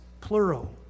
plural